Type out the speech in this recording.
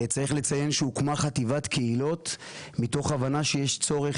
צריך לציין שהוקמה חטיבת קהילות מתוך הבנה שיש צורך